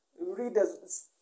Readers